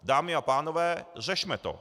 Dámy a pánové, řešme to.